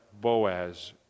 Boaz